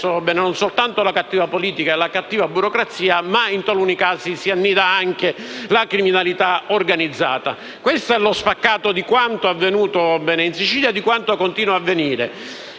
non solo la cattiva politica e la cattiva burocrazia, ma in alcuni casi anche la criminalità organizzata. Questo è lo spaccato di quanto è avvenuto in Sicilia e di quanto continua ad avvenire,